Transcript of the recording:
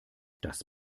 das